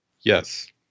Yes